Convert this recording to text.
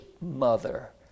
mother